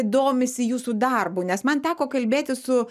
domisi jūsų darbu nes man teko kalbėtis su